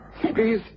please